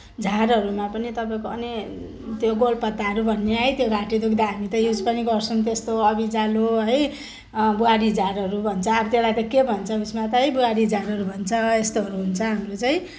झारहरूमा पनि तपाईँको अनेक त्यो गोलपत्ताहरू भन्ने है त्यो घाटी दुख्दा हामी त युज पनि गर्छौँ त्यस्तो अबिजालो है बुहारीझारहरू भन्छ अब त्यसलाई त के भन्छ उयसमा त है बुहारीझारहरू भन्छ र यस्तोहरू हुन्छ हाम्रो चाहिँ